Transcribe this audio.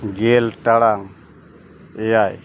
ᱜᱮᱞ ᱴᱟᱲᱟᱝ ᱮᱭᱟᱭ